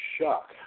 shock